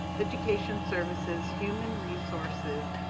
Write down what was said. education services, human resources,